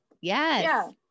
yes